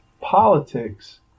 politics